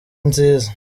nziza